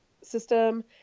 system